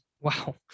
Wow